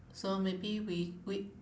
so maybe we we